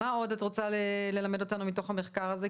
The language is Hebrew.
מה עוד את רוצה ללמד אותנו מתוך המחקר הזה?